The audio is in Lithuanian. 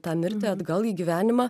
tą mirtį atgal į gyvenimą